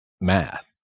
math